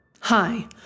Hi